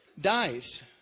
dies